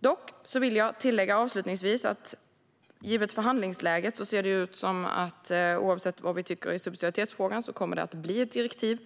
Dock vill jag avslutningsvis tillägga att givet förhandlingsläget ser det ut som att det oavsett vad vi tycker i subsidiaritetsfrågan kommer att bli ett direktiv.